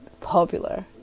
popular